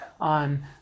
on